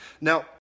Now